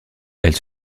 elles